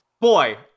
Boy